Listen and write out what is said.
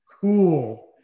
cool